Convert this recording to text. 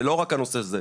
ולא רק הנושא הזה.